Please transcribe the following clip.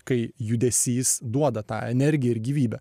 kai judesys duoda tą energiją ir gyvybę